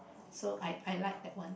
so I I like that one